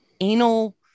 anal